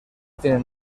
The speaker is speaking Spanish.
tienen